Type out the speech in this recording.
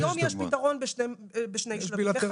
פתרון בשני שלבים.